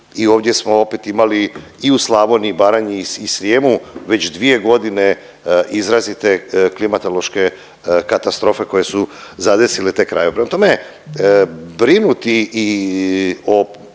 i ovdje smo opet imali i u Slavoniji i Baranji i Srijemu, već dvije godine izrazite klimatološke katastrofe koje su zadesile te krajeve.